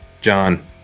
John